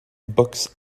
books